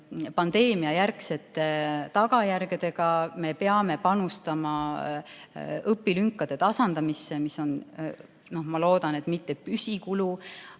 pandeemiajärgsete tagajärgedega, me peame panustama õpilünkade tasandamisse, mis on, ma loodan, mitte püsikulu.